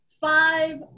five